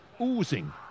Oozing